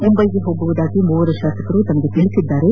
ಮುಂಬೈಗೆ ಹೋಗುವುದಾಗಿ ಮೂವರು ತಾಸಕರು ತಮಗೆ ತಿಳಿಸಿದ್ದಾರೆ